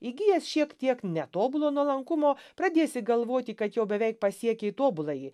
įgijęs šiek tiek netobulo nuolankumo pradėsi galvoti kad jau beveik pasiekei tobuląjį